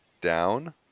down